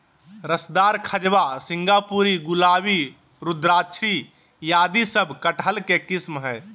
रसदार, खजवा, सिंगापुरी, गुलाबी, रुद्राक्षी आदि सब कटहल के किस्म हय